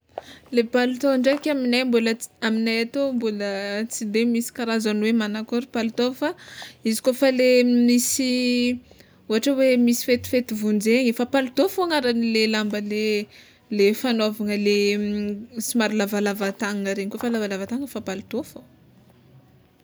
Le palitô ndraiky aminay aminay atô mbola tsy de misy karazagny hoe manankôry palitô fa izy kôfa le misy ôhatra hoe misy fetifety vonjegny efa palitô fôgna arahan'ny lemba le fagnaovana le somary lavalava tagnagna regny, kôfa lavalava tagnagna fô palitô fô.